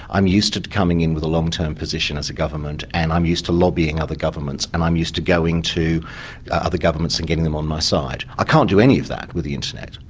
i'm used to to coming in with a long-term position as a government, and i'm used to lobbying other governments and i'm used to going to other governments and getting them on my side. i can't do any of that with the internet.